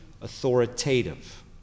authoritative